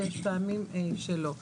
ויש פעמים שלא.